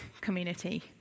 community